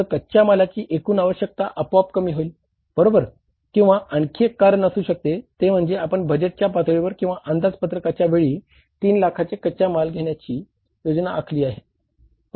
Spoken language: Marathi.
तर कच्च्या मालाची एकूण आवश्यकता आपोआपकमी होईल बरोबर किंवा आणखी एक कारण असू शकते ते म्हणजे आपण बजेटच्या पातळीवर किंवा अंदाजपत्रकाच्या वेळी 3 लाखाचे कच्चा माल घेण्याची योजना आखली असेल